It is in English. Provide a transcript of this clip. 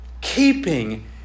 Keeping